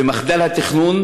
ומחדל התכנון,